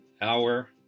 hour